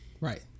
Right